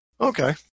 Okay